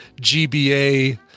gba